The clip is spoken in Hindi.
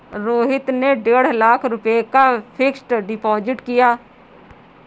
रोहित ने डेढ़ लाख रुपए का फ़िक्स्ड डिपॉज़िट किया